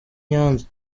nyanza